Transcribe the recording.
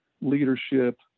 leadership